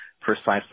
precisely